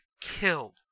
killed